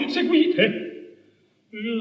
Seguite